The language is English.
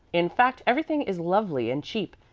in fact, everything is lovely and cheap,